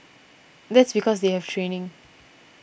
that's because they have training